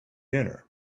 dinner